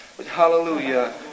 Hallelujah